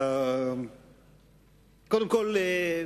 קודם כול,